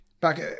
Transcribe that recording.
back